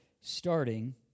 starting